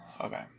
Okay